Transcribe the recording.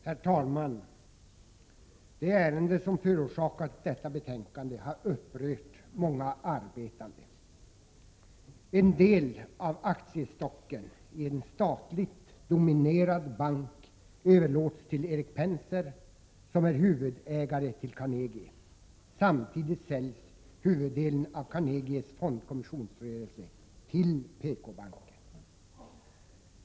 Herr talman! Det ärende som förorsakat detta betänkande har upprört många arbetande. En del av aktiestocken i en statligt dominerad bank överlåts till Erik Penser, som är huvudägare till Carnegie. Samtidigt säljs huvuddelen av Carnegies fondkommissionsrörelse till PKbanken.